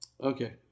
Okay